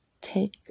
take